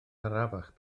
arafach